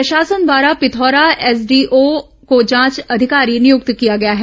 प्रशासन द्वारा पिथौरा एसडीओ को जांच अधिकारी नियुक्त किया गया है